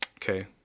Okay